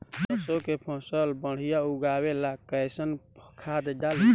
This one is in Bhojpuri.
सरसों के फसल बढ़िया उगावे ला कैसन खाद डाली?